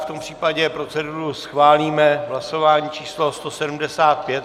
V tom případě proceduru schválíme v hlasování číslo 175.